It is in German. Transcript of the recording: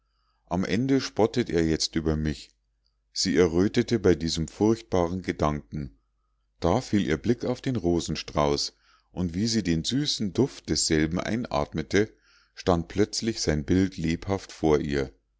am ende spottet er jetzt über mich sie errötete bei diesem furchtbaren gedanken da fiel ihr blick auf den rosenstrauß und wie sie den süßen duft desselben einatmete stand plötzlich sein bild lebhaft vor ihr